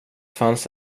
fanns